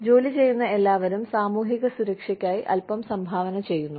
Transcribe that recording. അതിനാൽ ജോലി ചെയ്യുന്ന എല്ലാവരും സാമൂഹിക സുരക്ഷയ്ക്കായി അൽപ്പം സംഭാവന ചെയ്യുന്നു